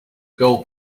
gold